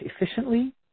efficiently